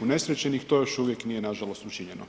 unesrećenih, to još uvijek nije nažalost učinjeno.